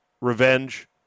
revenge